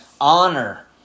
honor